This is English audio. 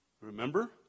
remember